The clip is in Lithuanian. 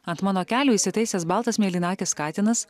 ant mano kelių įsitaisęs baltas mėlynakis katinas